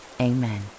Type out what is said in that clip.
Amen